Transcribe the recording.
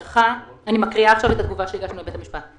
אני מקריאה עכשיו את התגובה שהגשנו לבית המשפט.